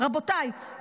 רבותיי,